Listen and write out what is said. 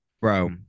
Bro